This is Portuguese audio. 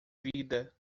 vida